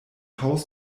haus